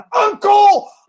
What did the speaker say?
uncle